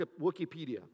Wikipedia